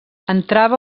entrava